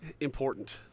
important